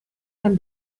can